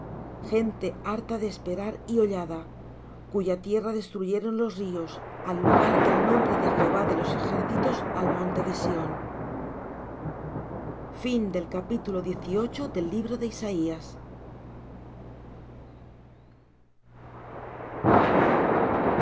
gente harta de esperar y hollada cuya tierra destruyeron los ríos al lugar del nombre de jehová de los ejércitos al monte de sión carga de